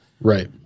right